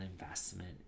investment